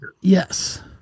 Yes